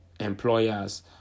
employers